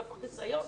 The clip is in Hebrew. איפה החיסיון?